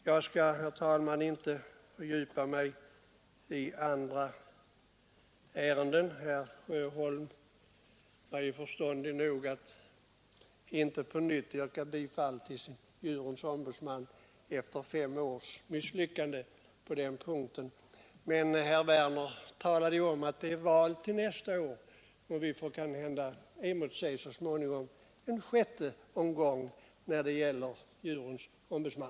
Jag skall här inte fördjupa mig i övriga frågor — herr Sjöholm var ju förståndig nog att inte på nytt, efter fem års misslyckanden, yrka bifall till förslaget om inrättande av en djurens ombudsman — trots att herr Werner i Malmö sade att vi har val nästa år och vi kanske därför har att emotse en sjätte omgång när det gäller frågan om en djurens ombudsman.